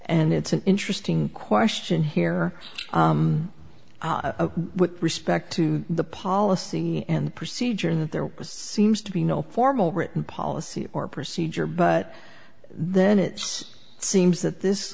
and it's an interesting question here with respect to the policy and procedure that there was seems to be no formal written policy or procedure but then it seems that this